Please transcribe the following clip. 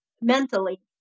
mentally